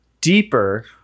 deeper